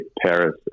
Paris